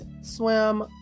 swim